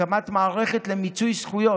הקמת מערכת למיצוי זכויות,